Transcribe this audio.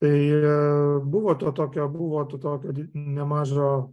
tai buvo to tokio buvo tu to tokio nemažo